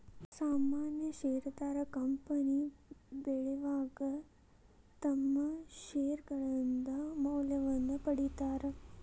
ಸಾಮಾನ್ಯ ಷೇರದಾರ ಕಂಪನಿ ಬೆಳಿವಾಗ ತಮ್ಮ್ ಷೇರ್ಗಳಿಂದ ಮೌಲ್ಯವನ್ನ ಪಡೇತಾರ